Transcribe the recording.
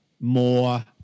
more –